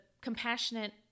compassionate